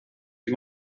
die